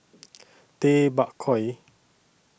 Tay Bak Koi